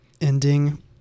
ending